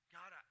God